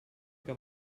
que